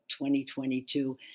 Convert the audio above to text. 2022